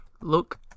Look